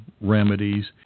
remedies